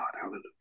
Hallelujah